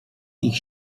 ich